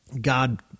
God